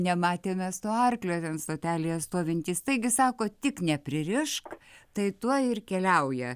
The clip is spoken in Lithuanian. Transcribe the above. nematėm mes to arklio ten stotelėje stovintys taigi sako tik nepririšk tai tuoj ir keliauja